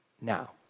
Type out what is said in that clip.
now